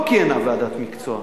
לא כיהנה ועדת מקצוע.